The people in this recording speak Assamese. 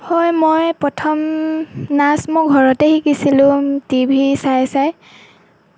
হয় মই প্ৰথম নাচ মই ঘৰতে শিকিছিলোঁ টি ভি চাই চাই